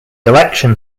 election